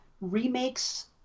remakes